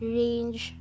range